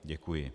Děkuji.